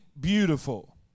beautiful